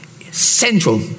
central